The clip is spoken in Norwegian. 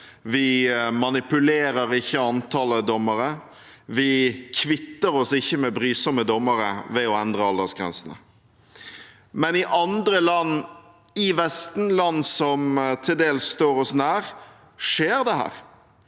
vi manipulerer ikke antallet dommere, og vi kvitter oss ikke med brysomme dommere ved å endre aldersgrensene. Men dette skjer i andre land i Vesten, land som til dels står oss nær, land